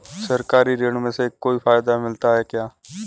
सरकारी ऋण से कोई फायदा मिलता है क्या?